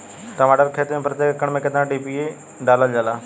टमाटर के खेती मे प्रतेक एकड़ में केतना डी.ए.पी डालल जाला?